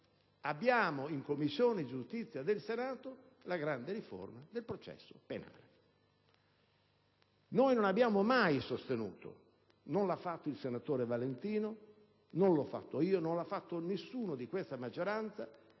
infine, in Commissione giustizia del Senato, la grande riforma del processo penale. Noi non abbiamo mai sostenuto - non l'ha fatto il senatore Valentino, non l'ho fatto io e non l'ha fatto nessuno di questa maggioranza